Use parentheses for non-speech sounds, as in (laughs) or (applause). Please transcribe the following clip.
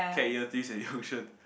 cap year three solution (laughs)